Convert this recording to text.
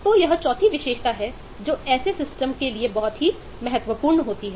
तो यह चौथी विशेषता है जो ऐसी प्रणालियों के लिए महत्वपूर्ण है